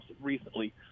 recently